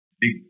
big